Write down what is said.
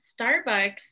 Starbucks